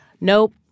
nope